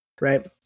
right